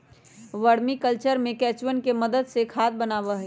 vermi culture में केंचुवन के मदद से खाद बनावा हई